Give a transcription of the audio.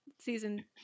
season